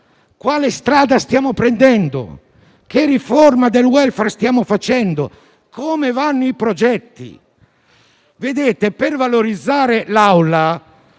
Quale strada stiamo prendendo? Che riforma del *welfare* stiamo attuando? Come vanno i progetti? Per valorizzare l'Aula,